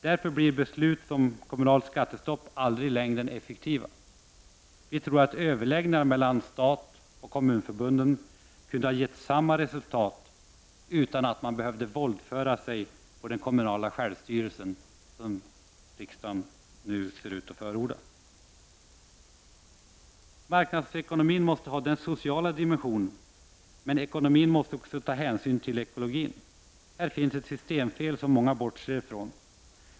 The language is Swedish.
Därför blir beslut om kommunalt skattestopp i längden aldrig effektiva. Vi tror att överläggningar mellan staten och kommunförbunden kunde ha gett samma resultat utan att man hade behövt våldföra sig på den kommunala självstyrelsen som riksdagen nu ser ut att vilja göra. Marknadsekonomin måste ha en social dimension. Men ekonomin måste också ta hänsyn till ekologin. Här finns det ett systemfel som många bortser ifrån.